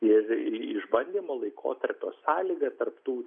ir išbandymo laikotarpio sąlyga tarp tų